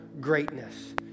greatness